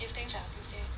tuesday lah tuesday